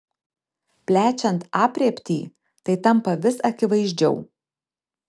plečiant aprėptį tai tampa vis akivaizdžiau